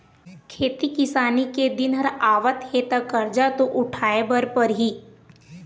खेती किसानी के दिन आवत हे त करजा तो उठाए बर परही